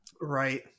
Right